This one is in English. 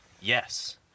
yes